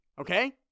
okay